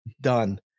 done